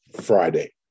Friday